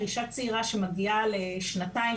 אישה צעירה שמגיעה לשנתיים,